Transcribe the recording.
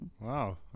Wow